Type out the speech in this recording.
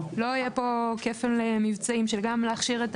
לא יהיו פה כפל מבצעים של גם להכשיר את